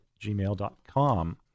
gmail.com